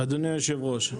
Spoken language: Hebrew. אדוני יושב הראש,